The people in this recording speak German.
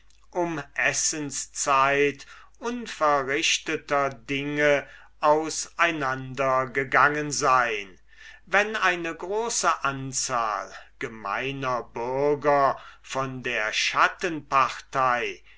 um mittagsessenszeit unverrichteter dinge auseinander gegangen sein wenn eine große anzahl gemeiner bürger von der